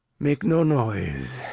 make no noise,